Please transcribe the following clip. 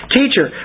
Teacher